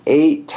eight